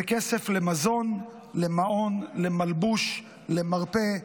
זה כסף למזון, למעון, למלבוש, למרפא,